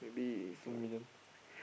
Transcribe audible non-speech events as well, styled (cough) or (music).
(noise) two million (noise)